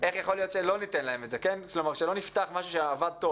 איך יכול להיות שלא ניתן להם את זה כלומר שלא נפתח משהו שעבד טוב